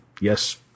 yes